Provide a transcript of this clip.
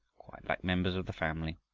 like members of the family.